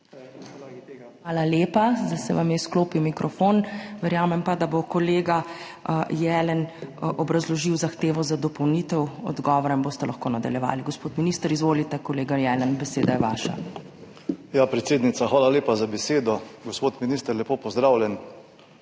Hvala lep. Zdaj se vam je izklopil mikrofon. Verjamem pa, da bo kolega Jelen obrazložil zahtevo za dopolnitev odgovora in boste lahko nadaljevali, gospod minister. Izvolite, kolega Jelen, beseda je vaša. **JOŽEF JELEN (PS SDS):** Predsednica, hvala lepa za besedo. Gospod minister, lepo pozdravljeni,